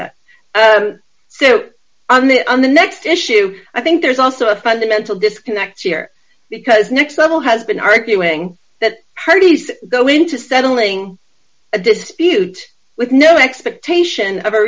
that so on the on the next issue i think there's also a fundamental disconnect here because next level has been arguing that parties go into settling a dispute with no expectation of a